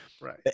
right